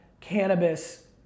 cannabis